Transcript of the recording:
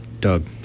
Doug